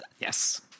Yes